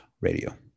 Radio